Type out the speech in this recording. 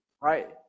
right